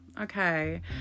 okay